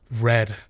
red